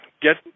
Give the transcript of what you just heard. get